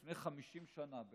לפני 50 שנה,